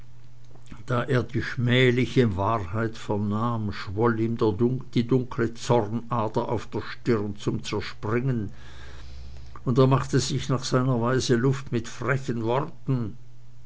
da er die schmähliche wahrheit vernahm schwoll ihm die dunkle zornader auf der stirn zum zerspringen und er machte sich nach seiner weise luft mit frechen worten